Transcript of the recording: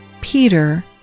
Peter